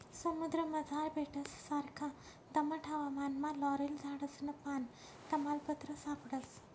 समुद्रमझार बेटससारखा दमट हवामानमा लॉरेल झाडसनं पान, तमालपत्र सापडस